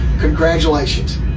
Congratulations